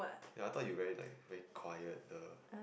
ya I thought you very like very quiet girl